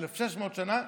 לפני 1,600 שנה.